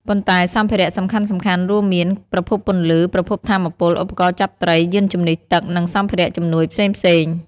ប៉ុន្តែសម្ភារៈសំខាន់ៗរួមមាន ប្រភពពន្លឺ ប្រភពថាមពល ឧបករណ៍ចាប់ត្រី យានជំនិះទឹក និងសម្ភារៈជំនួយផ្សេងៗ។